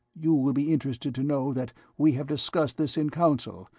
you will be interested to know that we have discussed this in council,